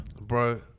Bro